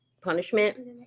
punishment